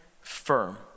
firm